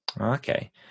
Okay